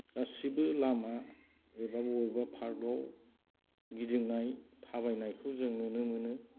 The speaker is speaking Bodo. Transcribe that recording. गासैबो लामा एबा बबेबा फार्काव गिदिंनाय थाबायनायखौ जों नुनो मोनो